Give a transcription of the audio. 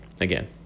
again